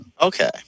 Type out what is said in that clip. Okay